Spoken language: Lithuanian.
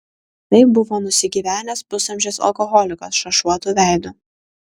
tai buvo nusigyvenęs pusamžis alkoholikas šašuotu veidu